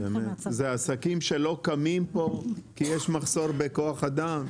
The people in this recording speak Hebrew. אלה עסקים שלא קמים פה, כי יש מחסור בכוח אדם?